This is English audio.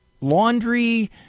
laundry